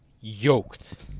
yoked